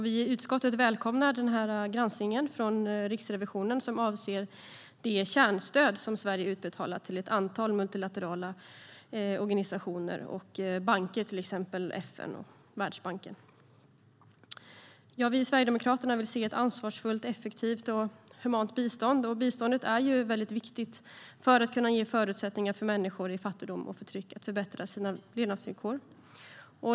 Vi i utskottet välkomnar Riksrevisionens granskning som avser de kärnstöd som Sverige utbetalat till ett antal multilaterala organisationer, banker, FN och Världsbanken. Vi i Sverigedemokraterna vill se ett ansvarsfullt, effektivt och humant bistånd. Biståndet är viktigt för att ge förutsättningar för människor i fattigdom och förtryck att förbättra sina levnadsvillkor.